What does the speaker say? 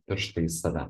pirštai į save